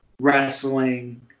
wrestling